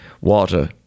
water